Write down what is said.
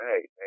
hey